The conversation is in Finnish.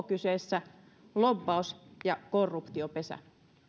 kyseessä lobbaus ja korruptiopesä